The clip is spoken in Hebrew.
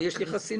יש לי חסינות.